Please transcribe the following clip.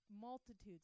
multitudes